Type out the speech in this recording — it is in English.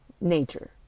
Nature